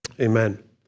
Amen